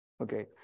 Okay